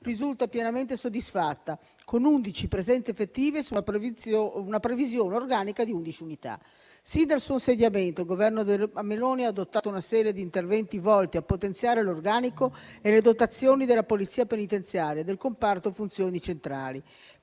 risulta pienamente soddisfatta, con 11 presenze effettive su una previsione organica di 11 unità. Sin dal suo insediamento il Governo Meloni ha adottato una serie di interventi volti a potenziare l'organico e le dotazioni della Polizia penitenziaria del comparto funzioni centrali.